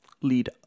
lead